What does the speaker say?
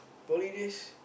poly days